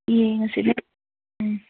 ꯌꯦꯡꯉꯁꯤꯅꯦ ꯎꯝ